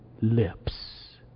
lips